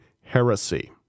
heresy